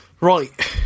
Right